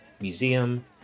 Museum